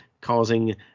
causing